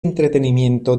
entrenamiento